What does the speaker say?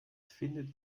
findet